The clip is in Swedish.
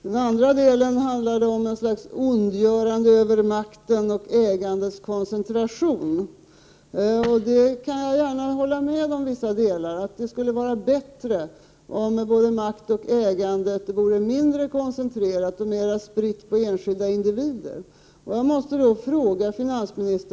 Den andra delen av finansministerns anförande handlade om något slags ondgörande över maktens och ägandets koncentration. Jag kan hålla med i vissa delar att det skulle vara bättre om makt och ägande vore mindre koncentrerade och mera spridda på enskilda individer.